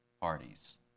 parties